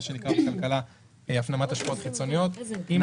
מה שנקרא בכלכלה הפנמת השפעות חיצוניות אם